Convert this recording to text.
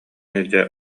илдьэ